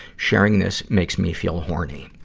sharing this makes me feel horny.